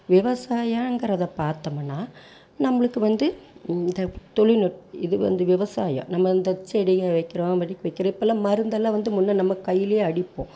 விவசாயங்கிறதை பாத்தோமுன்னா நம்மளுக்கு வந்து இந்த தொழில்நுட்ப இது வந்து விவசாயம் நம்ம இந்த செடிகள் வைக்கிறோம் வைக்கிறோம் இப்போல்லாம் மருந்தெல்லாம் வந்து முன்னே நம்ம கைலேயே அடிப்போம்